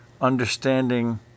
understanding